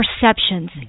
perceptions